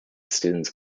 students